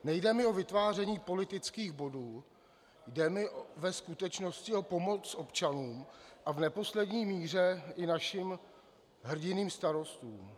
Nejde mi o vytváření politických bodů, jde mi ve skutečnosti o pomoc občanům a v neposlední míře i našim hrdinným starostům.